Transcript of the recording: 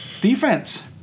Defense